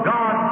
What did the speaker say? God